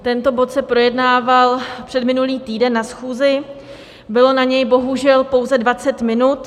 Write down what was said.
Tento bod se projednával předminulý týden na schůzi, bylo na něj bohužel pouze 20 minut.